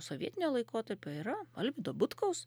sovietinio laikotarpio yra alvydo butkaus